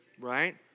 right